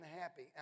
happy